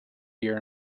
your